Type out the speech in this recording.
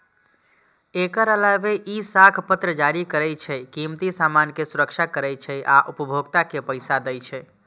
एकर अलावे ई साख पत्र जारी करै छै, कीमती सामान के सुरक्षा करै छै आ उपभोक्ता के पैसा दै छै